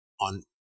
on